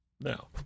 Now